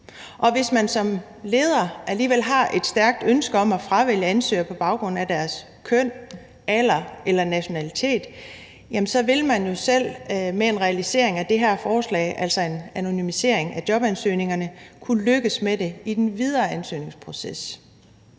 Og hvis man som leder alligevel har et stærkt ønske om at fravælge ansøgere på baggrund af deres køn, alder eller nationalitet, vil man jo selv med en realisering af det her forslag, altså en anonymisering af jobansøgningerne, kunne lykkes med det i den videre ansøgningsproces.